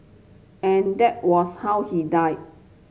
and that was how he died